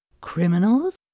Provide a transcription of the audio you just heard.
Criminals